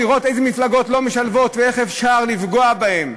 לראות איזה מפלגות לא משלבות ואיך אפשר לפגוע בהן.